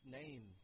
name